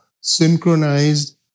synchronized